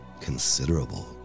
Considerable